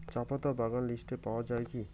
চাপাতা বাগান লিস্টে পাওয়া যায় কি?